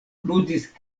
ludis